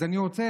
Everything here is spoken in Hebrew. אז אני רוצה,